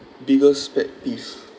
biggest pet peeve